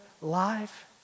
life